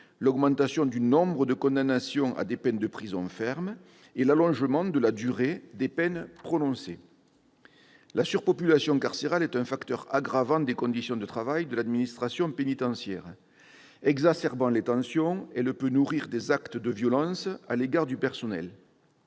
l'augmentation du nombre de condamnations à des peines de prison ferme et l'allongement de la durée des peines prononcées. La surpopulation carcérale est un facteur aggravant des conditions de travail de l'administration pénitentiaire. Exacerbant les tensions, elle peut nourrir des actes de violence à l'encontre du personnel.